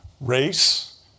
race